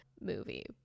movie